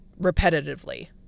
repetitively